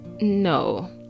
No